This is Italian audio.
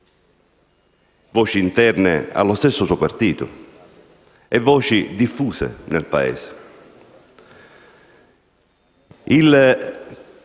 voci interne al suo stesso partito e voci diffuse nel Paese.